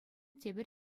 тепӗр